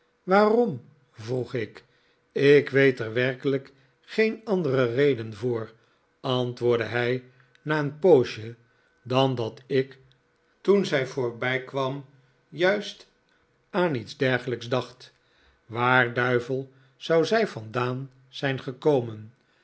waarom vroeg ik ik weet er werkelijk geen andere reden voor antwoordde hij na een poosje dan dat ik toen zij voorbijkwam juist aan iets dergelijks dacht waar duivel zou zij vandaan zijn gekomen